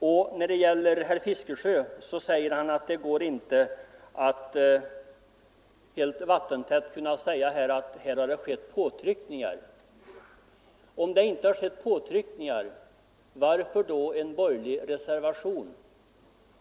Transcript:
Och herr Fiskesjö säger att det går inte att ”vattentätt” påstå att det här har förekommit påtryckningar. Men om det inte har skett några påtryckningar, varför då en borgerlig reservation?